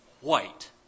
white